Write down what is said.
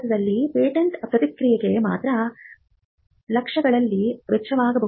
ಭಾರತದಲ್ಲಿ ಪೇಟೆಂಟ್ ಪ್ರಕ್ರಿಯೆಗೆ ಮಾತ್ರ ಲಕ್ಷಗಳಲ್ಲಿ ವೆಚ್ಚವಾಗಬಹುದು